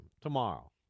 tomorrow